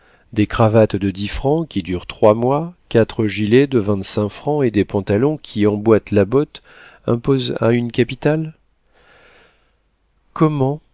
des cravates de dix francs qui durent trois mois quatre gilets de vingt-cinq francs et des pantalons qui emboîtent la botte imposent à une capitale comment